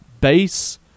Bass